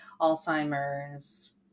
Alzheimer's